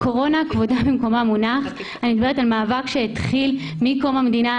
קורונה בכבודה מונח אני מדברת על מאבק שהתחיל מקום המדינה.